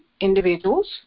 individuals